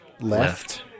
Left